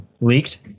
leaked